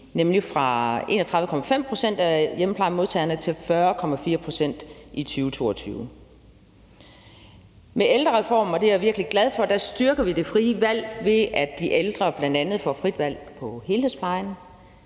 nemlig fra 31,5 pct. af hjemmeplejemodtagerne til 40,4 pct. i 2022. Med ældrereformen, og det er jeg virkelig glad for, styrker vi det frie valg, ved at de ældre bl.a. får frit valg på helhedsplejen,